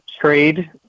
trade